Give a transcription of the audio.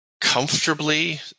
comfortably